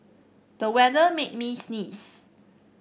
the weather made me sneeze